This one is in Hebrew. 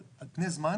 אבל על פני זמן